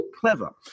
clever